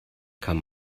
kann